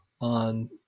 on